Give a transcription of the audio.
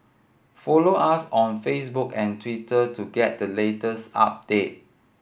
follow us on Facebook and Twitter to get the latest update